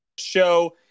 Show